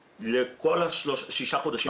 למתי?